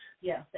Yes